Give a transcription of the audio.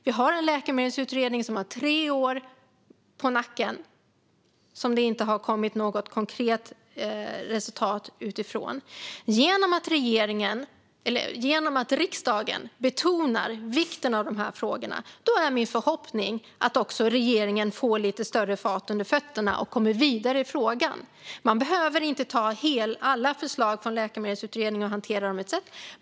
Det finns en läkemedelsutredning som har tre år på nacken utan att det har kommit något konkret resultat. Genom att riksdagen betonar vikten av frågorna hoppas jag att regeringen får lite mer fart under fötterna och kommer vidare i frågan. Man behöver inte ta alla förslag från Läkemedelsutredningen och hantera dem på en gång.